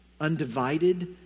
undivided